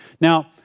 Now